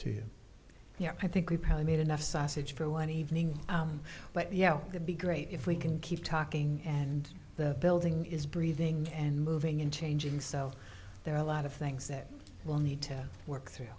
you you know i think we probably made enough sausage for one evening but yeah it'd be great if we can keep talking and the building is breathing and moving in changing so there are a lot of things that will need to work t